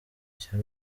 cya